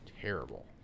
terrible